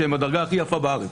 שהם בדרגה הכי יפה בארץ.